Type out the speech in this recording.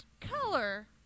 color